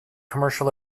commercial